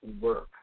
work